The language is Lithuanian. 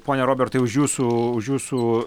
pone robertai už jūsų už jūsų